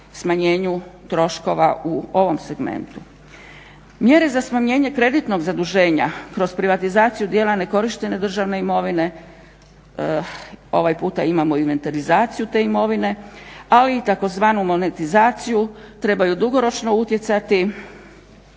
smanjenju troškova u ovom segmentu. Mjere za smanjenje kreditnog zaduženja kroz privatizaciju dijela nekorištene državne imovine, ovaj puta imamo inventarizaciju te imovine, ali i tzv. monetizaciju trebaju dugoročno utjecati